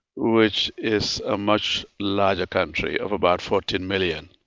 which is a much larger country of about fourteen million.